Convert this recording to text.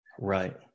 Right